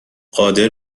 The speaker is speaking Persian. قادر